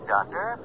Doctor